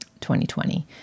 2020